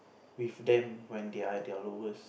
with them when they are at their lowest